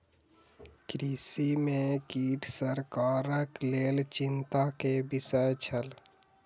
कृषि में कीट सरकारक लेल चिंता के विषय छल